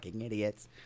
idiots